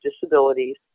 disabilities